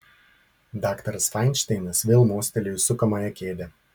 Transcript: daktaras fainšteinas vėl mostelėjo į sukamąją kėdę